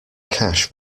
cash